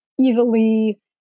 easily